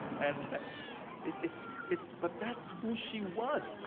and it's it's but that's who she was.